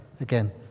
again